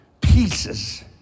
pieces